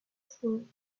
sword